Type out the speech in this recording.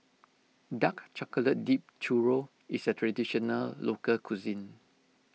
Dark Chocolate Dipped Churro is a Traditional Local Cuisine